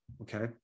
okay